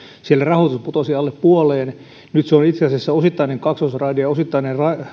siellä rahoitus putosi alle puoleen nyt se on itse asiassa osittainen kaksoisraide ja osittainen